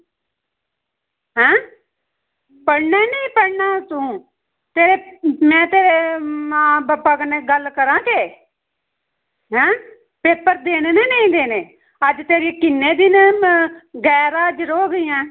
ऐं पढ़ना नेईं पढ़ना तूं तेरे में तेरे मां बब्बा कन्नै गल्ल करांऽ केह् ऐं पेपर देने जां नेईं देने अज्ज तेरी किन्ने दिन गैर हाजिर हो गेई ऐं